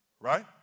Right